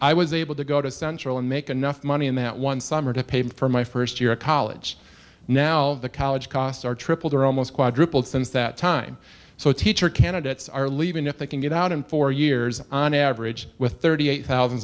i was able to go to central and make enough money in that one summer to pay for my first year of college now the college costs are tripled or almost quadrupled since that time so teacher candidates are leaving if they can get out in four years on average with thirty eight thousand